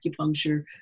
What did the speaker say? acupuncture